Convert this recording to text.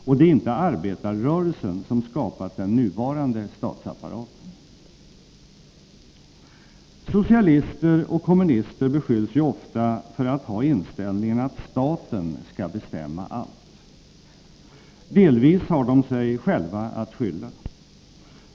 Och det är inte arbetarrörelsen som skapat den nuvarande statsapparaten. Socialister och kommunister beskylls ju ofta för att ha inställningen att staten skall bestämma allt. Delvis har de sig själva att skylla.